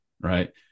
right